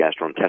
gastrointestinal